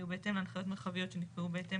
יהיו בהתאם להנחיות מרחביות שנקבעו בהתאם